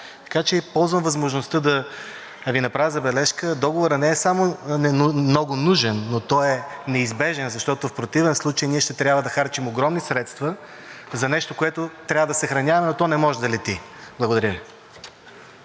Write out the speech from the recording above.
Така че използвам възможността да Ви направя забележка: договорът не е само много нужен, но той е неизбежен, защото в противен случай ние ще трябва да харчим огромни средства за нещо, което трябва да съхраняваме, но то не може да лети. Благодаря Ви.